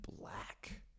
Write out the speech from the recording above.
Black